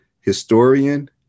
historian